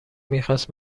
میخواست